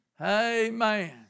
Amen